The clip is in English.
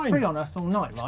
um free on us all night,